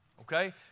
Okay